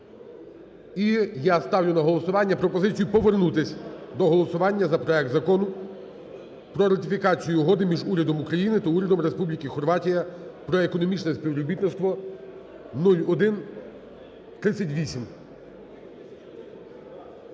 І я ставлю на голосування пропозицію повернутися до голосування за проект Закону "Про ратифікацію Угоди між Урядом України та Урядом Республіки Хорватія про економічне співробітництво" (0138)